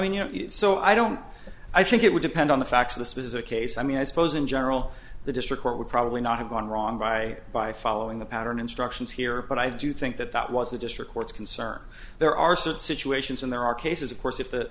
mean you know so i don't i think it would depend on the facts this is a case i mean i suppose in general the district court would probably not have gone wrong by by following the pattern instructions here but i do think that that was the district court's concern there are such situations and there are cases of course if the